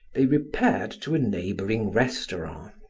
they repaired to a neighboring restaurant.